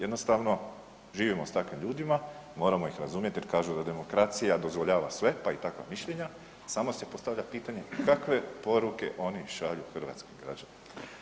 Jednostavno živimo s takvim ljudima, moramo ih razumjeti jer kažu da demokracija dozvoljava sve pa i takva mišljenja, samo se postavlja pitanje kakve poruke oni šalju hrvatskih građanima.